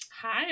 Hi